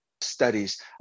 studies